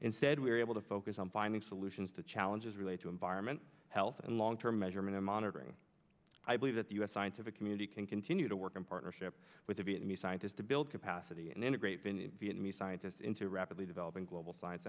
instead we're able to focus on finding solutions to challenges relate to environment health and long term measurement and monitoring i believe that the u s scientific community can continue to work in partnership with the vietnamese scientists to build capacity and integrate been vietnamese scientists into a rapidly developing global science